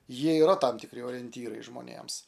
jie yra tam tikri orientyrai žmonėms